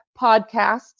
Podcasts